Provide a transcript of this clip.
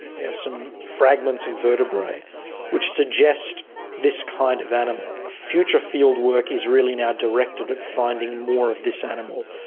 we have some fragments of vertebrae which suggest this kind of animal. future fieldwork is really now directed at finding more of this animal.